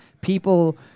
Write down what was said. people